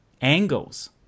angles